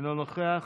אינו נוכח,